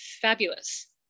fabulous